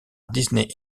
disney